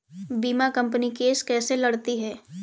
बीमा company case कैसे लड़ती है?